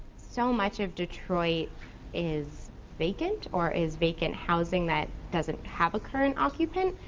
so much of detroit is vacant or is vacant housing that doesn't have a current occupant,